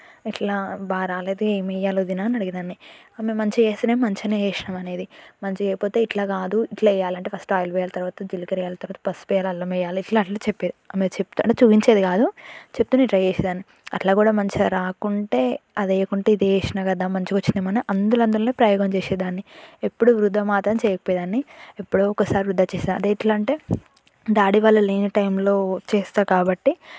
ఇట్లా బాగా రాలేదు ఏం వెయ్యాలి వదినా అని అడిగేదాన్ని మేము మంచిగా చేస్తేనే మంచిగానే చేసినావు అనేది మంచిగా చేయకపోతే ఇట్లా కాదు ఇట్ల చేయాలి అంటే ఫస్ట్ ఆయిల్ పోయాలి తర్వాత జీలకరెయ్యాలి తర్వాత పసుపుపెయ్యాలి అల్లం వెయ్యాలి ఇట్లా అట్లా చెప్పేది ఆమె చెప్తే అంటే చూపించేది కాదు చెప్తే నేను ట్రై చేసేదాన్ని అట్ల కూడా మంచిగా రాకుంటే అది వెయ్యకుంటే ఇది వేసినా కదా మంచిగా వచ్చిందేమన్నా అందుఅందులోనే ప్రయోగం చేసే దాన్ని ఎప్పుడు వృధా మాత్రం చెయ్యకపోయేదాన్ని ఎప్పుడో ఒకసారి వృధా చేసేది అది ఎట్లా అంటే డాడీ వాళ్ళు లేని టైంలో చేస్తాను కాబట్టి